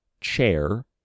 chair